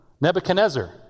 Nebuchadnezzar